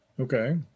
Okay